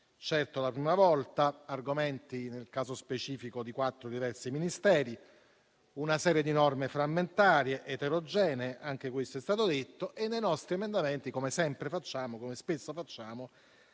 certo la prima volta - argomenti, nel caso specifico, afferenti a quattro diversi Ministeri, una serie di norme frammentarie ed eterogenee (anche questo è stato detto) e nei nostri emendamenti, come spesso facciamo, abbiamo